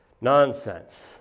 nonsense